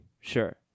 Sure